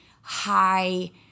high